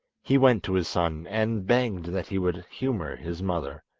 he went to his son and begged that he would humour his mother,